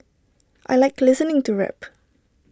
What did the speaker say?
I Like listening to rap